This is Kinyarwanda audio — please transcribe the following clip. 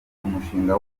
umushinga